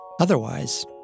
Otherwise